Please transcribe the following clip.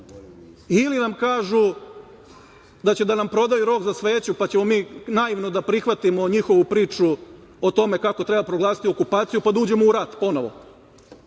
ili nam kažu da će da nam prodaju rog za sveću, pa ćemo mi naivno da prihvatimo njihovu priču o tome kako treba proglasiti okupaciju pa da uđemo u rat ponovo.